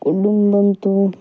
కుటుంబంతో